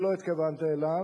שלא התכוונת אליו,